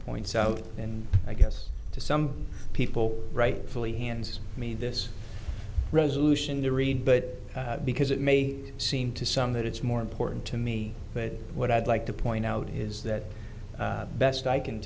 points out and i guess to some people rightfully hands me this resolution to read but because it may seem to some that it's more important to me but what i'd like to point out his that best i can